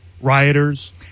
rioters